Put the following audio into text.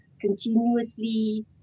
continuously